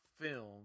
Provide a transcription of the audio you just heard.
film